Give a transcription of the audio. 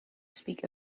speak